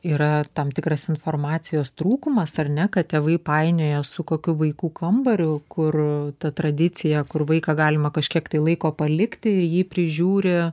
yra tam tikras informacijos trūkumas ar ne kad tėvai painioja su kokiu vaikų kambariu kur ta tradicija kur vaiką galima kažkiek laiko palikti ir jį prižiūri